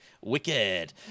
wicked